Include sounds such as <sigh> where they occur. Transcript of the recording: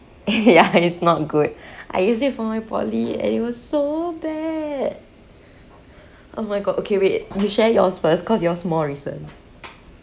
ya <laughs> and it's not good I used it for my poly and it was so bad oh my god okay wait you share yours first cause yours small reason